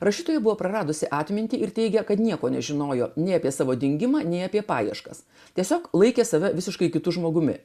rašytojui buvo praradusi atmintį ir teigia kad nieko nežinojo nei apie savo dingimą nei apie paieškas tiesiog laikė save visiškai kitu žmogumi